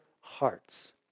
hearts